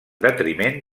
detriment